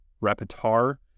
repertoire